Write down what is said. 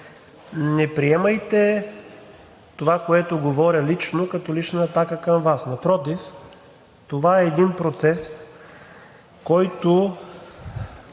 не приемайте това, което говоря, лично, като лична атака към Вас. Напротив – това е един процес, който